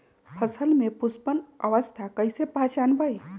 फसल में पुष्पन अवस्था कईसे पहचान बई?